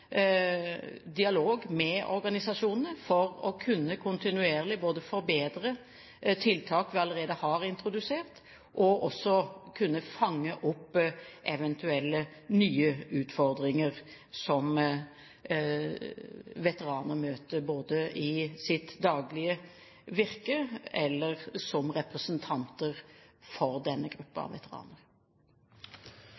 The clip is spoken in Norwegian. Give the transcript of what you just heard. dialog med organisasjonene for kontinuerlig å kunne forbedre tiltak vi allerede har introdusert, og for å kunne fange opp eventuelle nye utfordringer som veteranene møter, både i sitt daglige virke og som representanter for denne